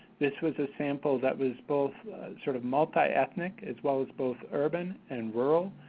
this was a sample that was both sort of multi-ethnic, as well as both urban and rural,